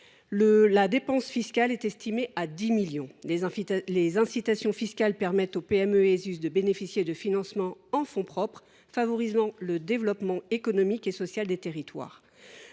la dépense fiscale est estimée à 10 millions d’euros. Les incitations fiscales permettent aux PME et aux Esus de bénéficier de financements en fonds propres, favorisant le développement économique et social des territoires.